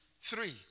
Three